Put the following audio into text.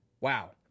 Wow